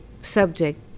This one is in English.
subject